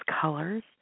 colors